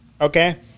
okay